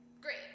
great